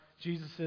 Jesus